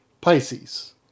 Pisces